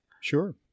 Sure